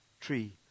tree